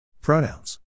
Pronouns